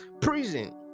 prison